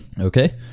Okay